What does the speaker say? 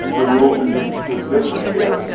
the rules are just just different there,